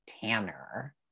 tanner